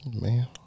Man